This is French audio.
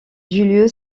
lieu